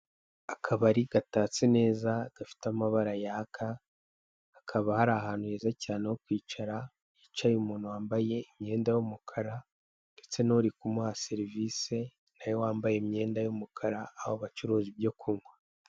Akabari gatatse neza gafite amabara yaka hakaba hari ahantu heza cyane ho kwicara, hicaye umuntu wambaye imyenda y'umukara ndetse n'uri kumuha serivise nawe wambaye imyenda y'umukara aho bacururiza ibyo kunywa.